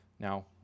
Now